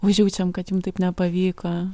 užjaučiam kad jum taip nepavyko